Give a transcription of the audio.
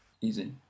easy